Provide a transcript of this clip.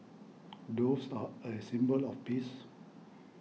doves are a symbol of peace